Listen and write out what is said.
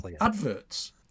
adverts